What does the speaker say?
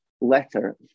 letter